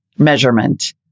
measurement